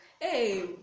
hey